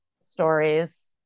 stories